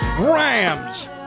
Rams